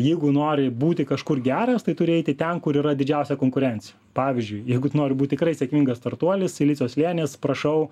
jeigu nori būti kažkur geras tai turi eiti ten kur yra didžiausia konkurencija pavyzdžiui jeigu nori būt tikrai sėkmingas startuolis silicio slėnis prašau